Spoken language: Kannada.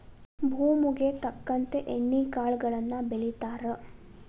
ಭೂಮುಗೆ ತಕ್ಕಂತೆ ಎಣ್ಣಿ ಕಾಳುಗಳನ್ನಾ ಬೆಳಿತಾರ